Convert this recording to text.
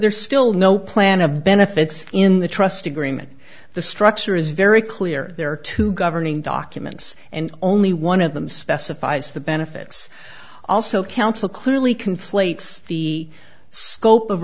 there's still no plan of benefits in the trust agreement the structure is very clear there are two governing documents and only one of them specifies the benefits also counsel clearly conflates the scope of